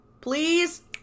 Please